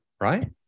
right